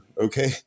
okay